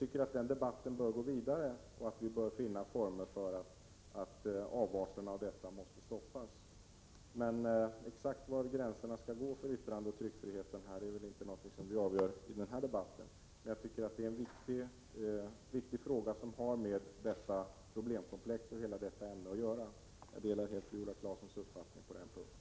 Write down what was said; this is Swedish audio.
Debatten bör emellertid gå vidare, och vi bör finna former för att stoppa avarterna. Exakt var gränsen för yttrandeoch tryckfrihet skall dras kan vi inte avgöra i denna debatt. Det är en viktig fråga som har med hela problemkomplexet att göra. Jag delar helt Viola Claessons uppfattning på den punkten.